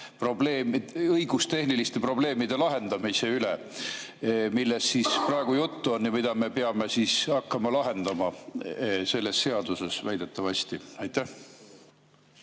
õigustehniliste probleemide lahendamisest, millest praegu juttu on ja mida me peame hakkama lahendama selles seaduses, väidetavasti? Aitäh!